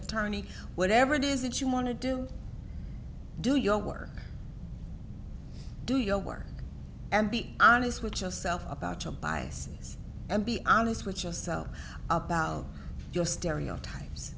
attorney whatever it is that you want to do do your work do your work and be honest with yourself about your biases and be honest with yourself about your stereotypes